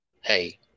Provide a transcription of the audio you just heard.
Hey